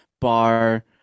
bar